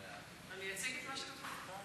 אני אציג את מה שכתוב.